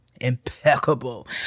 impeccable